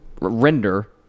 render